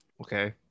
Okay